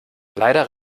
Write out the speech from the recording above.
leider